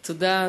תודה,